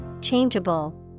Changeable